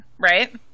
right